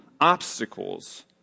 obstacles